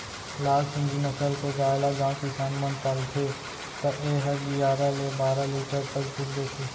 लाल सिंघी नसल के गाय ल गॉँव किसान मन पालथे त ए ह गियारा ले बारा लीटर तक दूद देथे